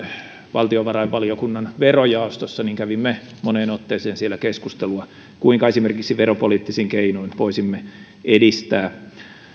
valtiovarainvaliokunnan verojaostossa kävimme siellä moneen otteeseen keskustelua kuinka esimerkiksi veropoliittisin keinoin voisimme edistää